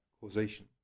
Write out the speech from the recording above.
causation